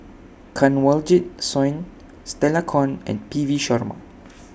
Kanwaljit Soin Stella Kon and P V Sharma